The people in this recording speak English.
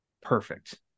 perfect